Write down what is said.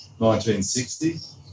1960